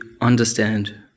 understand